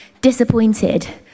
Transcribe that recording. disappointed